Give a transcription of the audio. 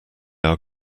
are